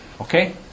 Okay